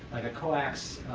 like a coax